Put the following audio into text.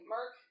Mark